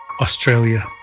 Australia